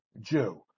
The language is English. Jew